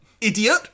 idiot